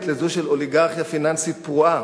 לזו של אוליגרכיה פיננסית פרועה.